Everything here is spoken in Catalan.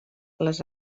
les